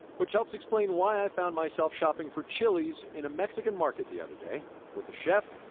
which helps explain why i found myself shopping for chilies in a mexican market the other day with a chef,